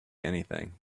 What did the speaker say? anything